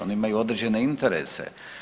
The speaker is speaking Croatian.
Oni imaju određene interese.